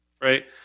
right